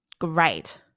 great